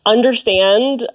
understand